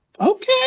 Okay